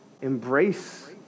embrace